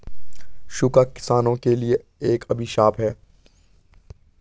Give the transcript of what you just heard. सूखा किसानों के लिए एक अभिशाप है